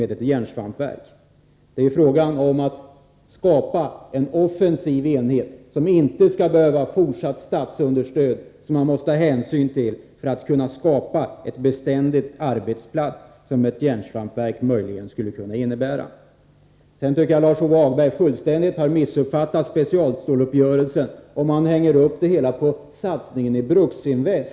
Det är fråga om att skapa en offensiv enhet, som inte skall behöva fortsatt statsunderstöd — om man skall kunna åstadkomma en beständig arbetsplats som ett järnsvampsverk möjligen skulle kunna innebära. Sedan tycker jag att Lars-Ove Hagberg fullständigt har missuppfattat specialstålsuppgörelsen om han hänger upp det hela på satsningen i Bruksinvest.